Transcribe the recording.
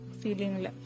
feeling